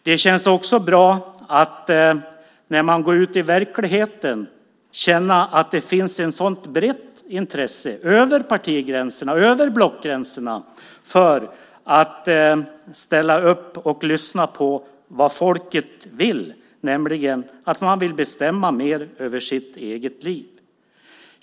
Det känns också bra när man går ut i verkligheten att det finns ett så brett intresse, över partigränserna och över blockgränserna, för att ställa upp och lyssna på vad folket vill, nämligen bestämma mer över sitt eget liv.